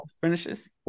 finishes